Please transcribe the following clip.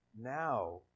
now